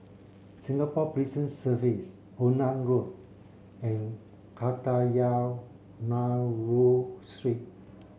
Singapore Prison Service Onan Road and Kadayanallur Street